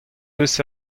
eus